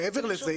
מעבר לזה,